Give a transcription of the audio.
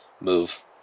move